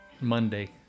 Monday